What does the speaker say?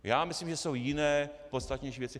Já myslím, že jsou jiné, podstatnější věci.